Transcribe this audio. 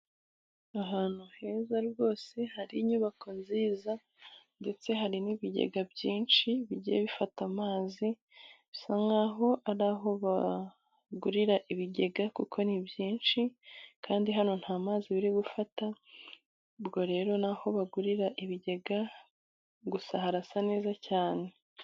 Ahantu heza rwose hari inyubako nziza, ndetse hari n'ibigega byinshi bigiye bifata amazi, bisa nkaho araho bagurira ibigega, kuko ni byinshi kandi hano nta mazi biri gufata ubwo rero naho bagurira ibigega gusa harasa neza cyane.